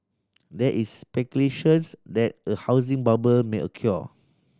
there is speculations that a housing bubble may occur